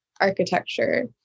architecture